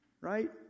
Right